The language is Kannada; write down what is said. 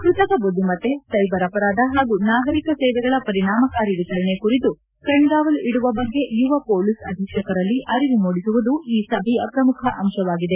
ಕೃತಕ ಬುದ್ದಿಮತ್ತೆಯಪ್ರದೇಶಗಳಲ್ಲಿ ಸೈಬರ್ ಅಪರಾಧ ನಾಗರಿಕ ಸೇವೆಗಳ ಪರಿಣಾಮಕಾರಿ ವಿತರಣೆ ಕುರಿತು ಕಣ್ಣಾವಲು ಇಡುವ ಬಗ್ಗೆ ಯುವ ಪೊಲೀಸ್ ಅಧೀಕ್ಷರಲ್ಲಿ ಅರಿವು ಮೂಡಿಸುವುದು ಈ ಸಭೆಯ ಪ್ರಮುಖ ಅಂಶವಾಗಿದೆ